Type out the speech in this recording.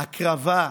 הקרבה,